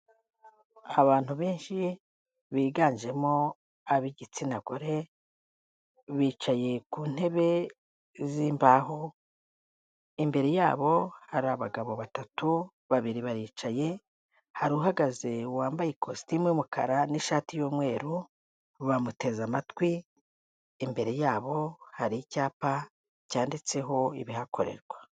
Abantu benshi biganjemo abi gitsina gore, bicaye ku ntebe z'imbaho, imbere yabo hari abagabo batatu, babiri baricaye, hari uhagaze wambaye ikositimu y'umukara n'ishati y'umweru, bamuteze amatwi, imbere yabo hari icyapa cyanditseho ibihakorerwa.